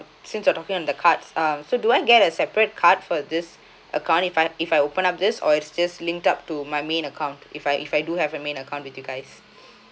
since you're talking on the cards uh so do I get a separate card for this account if I if I open up this or it's just linked up to my main account if I if I do have a main account with you guys